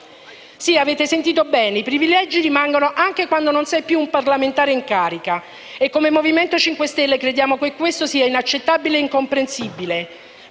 Sì, avete sentito bene: i privilegi rimangono anche quando non sei più un parlamentare in carica. Come Movimento 5 Stelle crediamo che questo sia inaccettabile e incomprensibile.